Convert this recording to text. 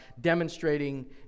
demonstrating